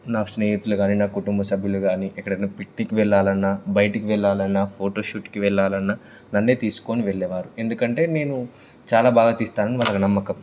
నా స్నేహితులు కానీ నా కుటుంబ సభ్యులు కానీ ఎక్కడైనా పిక్నిక్కి వెళ్ళాలన్నా బయటకి వెళ్ళాలన్నా ఫోటోషూట్కి వెళ్ళాలన్నా నన్నే తీసుకుని వెళ్ళేవారు ఎందుకంటే నేను చాలా బాగా తీస్తానని వాళ్ళకి నమ్మకం